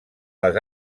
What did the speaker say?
les